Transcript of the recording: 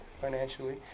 financially